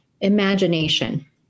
imagination